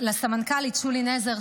לסמנכ"לית שולי נזר,